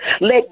Let